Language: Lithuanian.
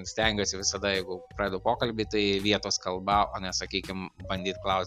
stengiuosi visada jeigu pradedu pokalbį tai vietos kalba o ne sakykim bandyt klaus